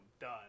done